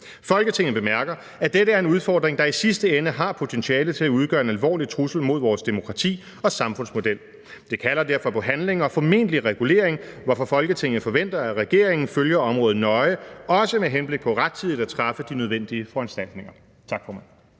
Folketinget bemærker, at dette er en udfordring, der i sidste ende har potentiale til at udgøre en alvorlig trussel mod vores demokrati og samfundsmodel. Det kalder derfor på handling og formentlig regulering, hvorfor Folketinget forventer, at regeringen følger området nøje – også med henblik på rettidigt at træffe de nødvendige foranstaltninger.« (Forslag